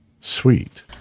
Sweet